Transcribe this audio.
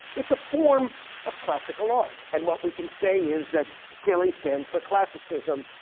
it's a form of classical art. and what we can say is that kelly stands for classicism.